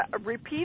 repeat